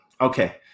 okay